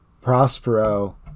prospero